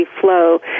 flow